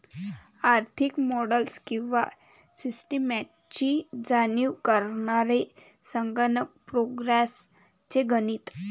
आर्थिक मॉडेल्स किंवा सिस्टम्सची जाणीव करणारे संगणक प्रोग्राम्स चे गणित